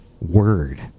word